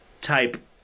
type